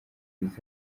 rwiza